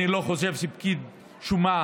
אני לא חושב שפקיד שומה,